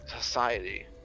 society